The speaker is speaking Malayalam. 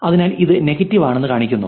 അതിനാൽ ഇത് നെഗറ്റീവ് ആണെന്ന് കാണിക്കുന്നു